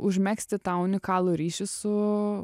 užmegzti tą unikalų ryšį su